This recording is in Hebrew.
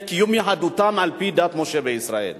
את קיום יהדותם על-פי דת משה וישראל.